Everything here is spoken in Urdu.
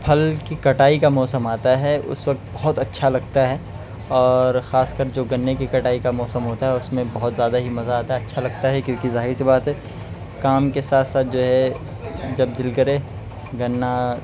پھل کی کٹائی کا موسم آتا ہے اس وقت بہت اچّھا لگتا ہے اور خاص کر جو گنّے کی کٹائی کا موسم ہوتا ہے اس میں بہت زیادہ ہی مزہ آتا ہے اچّھا لگتا ہے کیونکہ ظاہر سی بات ہے کام کے ساتھ ساتھ جو ہے جب دل کرے گنا